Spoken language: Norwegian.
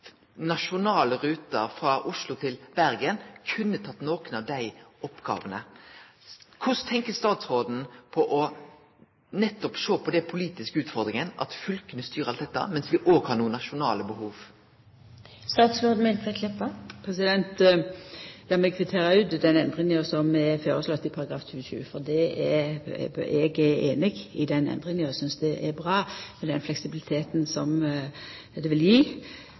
politiske utfordringa at fylka styrer alt dette, mens me òg har nokre nasjonale behov? Lat meg kvittera ut endringa som er føreslått i § 27, for eg er einig i den endringa, og synest det er bra med den fleksibiliteten som det vil